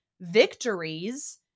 victories